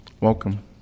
welcome